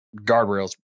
guardrails